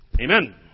Amen